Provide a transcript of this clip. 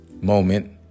moment